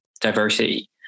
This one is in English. diversity